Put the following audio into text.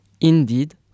Indeed